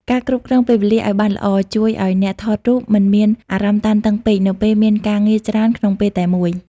ការគ្រប់គ្រងពេលវេលាឱ្យបានល្អ ជួយឱ្យអ្នកថតរូបមិនមានអារម្មណ៍តានតឹងពេក នៅពេលមានការងារច្រើនក្នុងពេលតែមួយ។